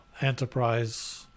Enterprise